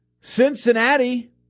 Cincinnati